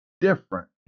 different